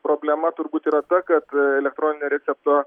problema turbūt yra ta kad elektroninio recepto